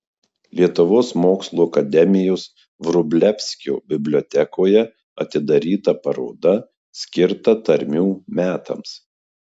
lietuvos mokslų akademijos vrublevskio bibliotekoje atidaryta paroda skirta tarmių metams